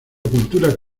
cultura